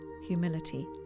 humility